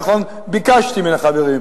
יותר נכון ביקשתי מן החברים,